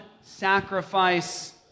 sacrifice